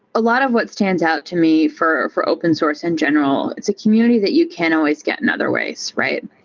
a lot of what stands out to me for for open source in general, it's a community that you can always get in other ways, right?